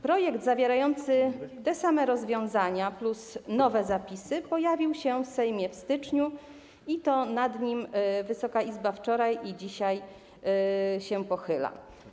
Projekt zawierający te same rozwiązania plus nowe zapisy pojawił się w Sejmie w styczniu i to nad nim Wysoka Izba wczoraj się pochylała i dzisiaj się pochyla.